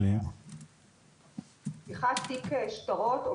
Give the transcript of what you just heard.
בפתיחת תיק שטרות,